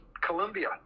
Colombia